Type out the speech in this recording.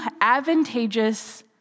advantageous